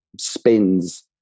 spins